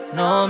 no